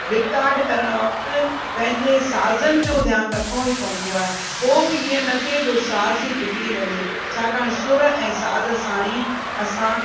record करणु वक़्तु पंहिंजे साज़न जो ध्यानु रखिणो ई पवंदो आहे को बि इहे न थिए त साज़ ई बिगिड़ी वञे छाकाणि सुर ऐं साज़ सां ई असां